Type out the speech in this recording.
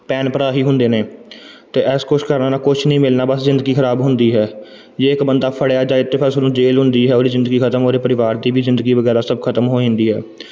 ਭੈਣ ਭਰਾ ਹੀ ਹੁੰਦੇ ਨੇ ਅਤੇ ਇਸ ਕੁਛ ਕਰਨ ਨਾਲ ਕੁਛ ਨਹੀਂ ਮਿਲਣਾ ਬਸ ਜ਼ਿੰਦਗੀ ਖਰਾਬ ਹੁੰਦੀ ਹੈ ਜੇ ਇੱਕ ਬੰਦਾ ਫੜਿਆ ਜਾਵੇ ਤਾਂ ਬਸ ਉਹਨੂੰ ਜੇਲ੍ਹ ਹੁੰਦੀ ਹੈ ਉਹਦੀ ਜ਼ਿੰਦਗੀ ਖਤਮ ਉਹਦੇ ਪਰਿਵਾਰ ਦੀ ਵੀ ਜ਼ਿੰਦਗੀ ਵਗੈਰਾ ਸਭ ਖਤਮ ਹੋ ਜਾਂਦੀ ਹੈ